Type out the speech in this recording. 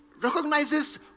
recognizes